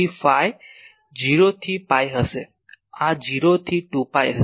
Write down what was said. તેથી ફાઈ 0 થી pi હશે આ 0 થી 2 pi હશે